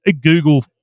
Google